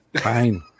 Fine